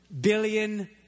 billion